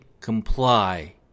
comply